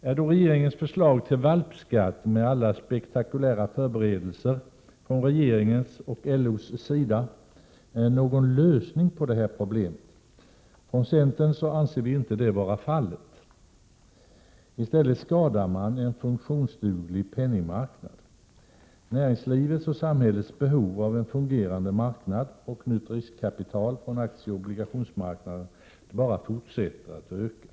Är då regeringens förslag till valpskatt med alla spektakulära förberedelser från regeringens och LO:s sida någon lösning på detta problem? Från centern anser vi inte detta vara fallet. Man skadar i stället en funktionsduglig penningmarknad. Näringslivets och samhällets behov av en fungerande marknad och nytt riskkapital från aktieoch obligationsmarknaden bara fortsätter att öka.